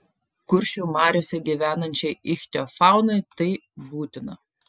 kuršių mariose gyvenančiai ichtiofaunai tai būtina